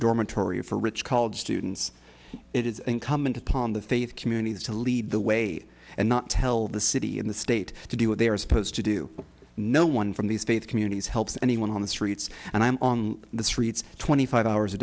dormitory for rich college students it is incumbent upon the faith communities to lead the way and not tell the city in the state to do what they are supposed to do no one from these faith communities helps anyone on the streets and i'm on the streets twenty five hours a